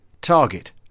Target